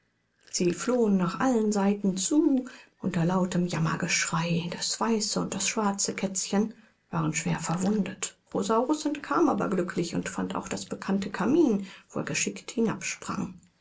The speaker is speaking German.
sie flohen nach allen seiten zu unter lautem jammergeschrei das weiße und das schwarze kätzchen waren schwer verwundet rosaurus entkam aber glücklich und fand auch das bekannte kamin wo er geschickt